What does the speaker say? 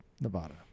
Nevada